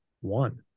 one